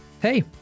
Hey